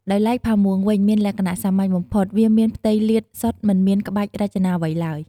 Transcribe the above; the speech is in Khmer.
ដោយឡែកផាមួងវិញមានលក្ចណៈសាមញ្ញបំផុត វាមានផ្ទៃលាតសុទ្ធមិនមានក្បាច់រចនាអ្វីឡើយ។